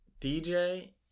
dj